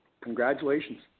Congratulations